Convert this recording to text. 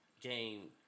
game